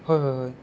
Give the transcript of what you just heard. হয় হয় হয়